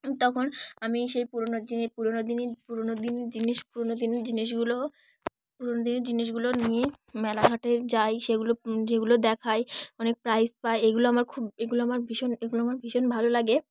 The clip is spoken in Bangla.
তখন আমি সেই পুরনো জিন পুরনো দিনের পুরনো দিনের জিনিস পুরনো দিনের জিনিসগুলো পুরনো দিনের জিনিসগুলো নিয়ে মেলাঘাটে যাই সেগুলো সেগুলো দেখাই অনেক প্রাইজ পাই এগুলো আমার খুব এগুলো আমার ভীষণ এগুলো আমার ভীষণ ভালো লাগে